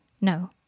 No